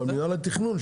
אבל מינהל התכנון,